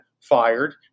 fired